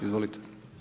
Izvolite.